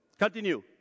Continue